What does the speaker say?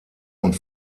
und